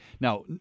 Now